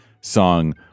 song